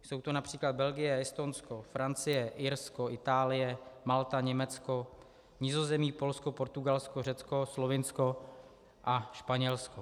Jsou to například Belgie, Estonsko, Francie, Irsko, Itálie, Malta, Německo, Nizozemí, Polsko, Portugalsko, Řecko, Slovinsko a Španělsko.